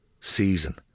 season